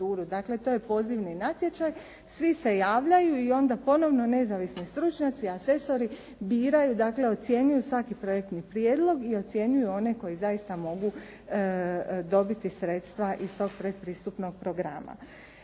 dakle to je pozivni natječaj. Svi se javljaju i onda ponovno nezavisni stručnjaci, "Asesori" biraju dakle ocjenjuju svaki projektni prijedlog i ocjenjuju one koji zaista mogu dobiti sredstva iz tog predpristupnog programa.